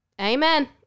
Amen